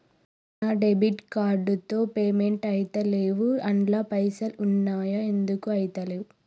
నా debit card తో payment ఐతలేవ్ అండ్ల పైసల్ ఉన్నయి ఎందుకు ఐతలేవ్?